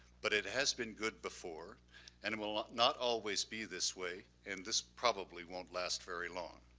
but it has been good before and it will ah not always be this way and this probably won't last very long.